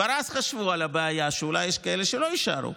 כבר אז חשבו על הבעיה שאולי יש כאלה שלא יישארו,